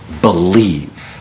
Believe